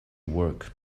work